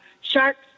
shark's